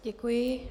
Děkuji.